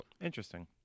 Interesting